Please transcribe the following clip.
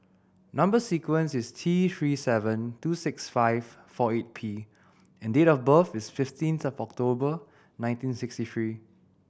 number sequence is T Three seven two six five four eight P and date of birth is fifteenth October nineteen sixty three